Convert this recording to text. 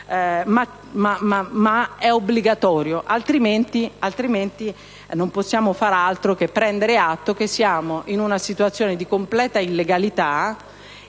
ma è obbligatorio. In caso contrario, non possiamo fare altro che prendere atto che siamo in una situazione di completa illegalità.